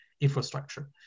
infrastructure